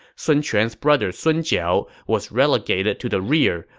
sun quan's brother sun jiao was relegated to the rear,